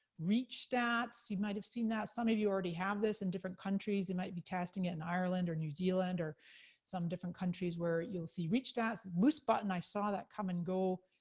reach stats, you've might of seen that, some of you already have this, in different countries. they might be testing it in ireland, or new zealand, or some different countries where you'll see reach stats. boost button, i saw that come and go,